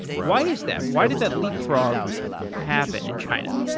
why is that? why did that leapfrog happened in china?